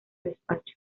despacho